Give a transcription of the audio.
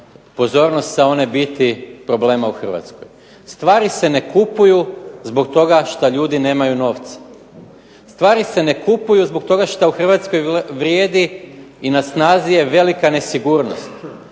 pozornost sa one biti problema u Hrvatskoj. Stvari se ne kupuju zbog toga šta ljudi nemaju novca. Stvari se ne kupuju zbog toga šta u Hrvatskoj vrijedi i na snazi je velika nesigurnost.